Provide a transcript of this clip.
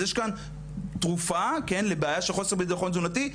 אז יש כאן תרופה לבעיה של חוסר ביטחון תזונתי,